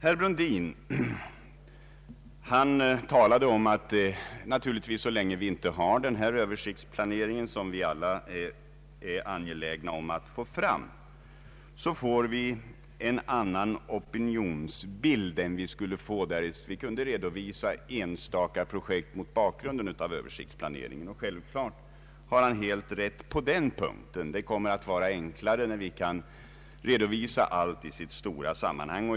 Herr Brundin talade om att vi naturligtvis, så länge vi inte har den översiktsplanering som vi alla är angelägna att få fram, får en annan opinionsbild än vi skulle få om vi kunde redovisa enstaka projekt mot bakgrund av översiktsplaneringen. Han har självfallet helt rätt på den punkten. Det kommer att vara enklare när vi kan redovisa allt i sitt stora sammanhang.